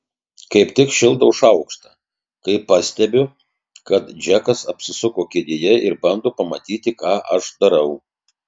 kaip tik šildau šaukštą kai pastebiu kad džekas apsisuko kėdėje ir bando pamatyti ką aš darau